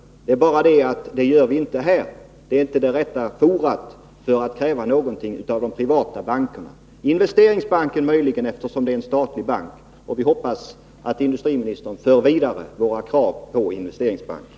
Men vi gör det inte här i kammaren — det är inte rätt forum för att kräva något av de privata bankerna. Möjligen kan vi här ställa krav på Investeringsbanken, eftersom det är en statlig bank. Vi hoppas att industriministern vidarebefordrar våra krav till Investeringsbanken.